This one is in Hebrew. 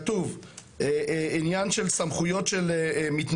תשנ"ז-1996 כתוב בעניין של סמכויות של מתנדבים.